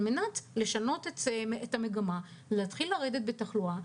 על מנת לשנות את המגמה ולהתחיל לרדת בתחלואה.